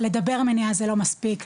לדבר מניעה זה לא מספיק,